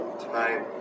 tonight